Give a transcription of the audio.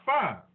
Five